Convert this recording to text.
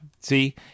See